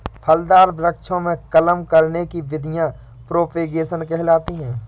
फलदार वृक्षों में कलम करने की विधियां प्रोपेगेशन कहलाती हैं